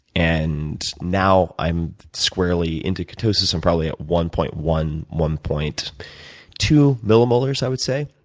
and now i'm squarely into ketosis. i'm probably at one point one, one point two millimolars, i would say,